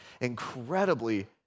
incredibly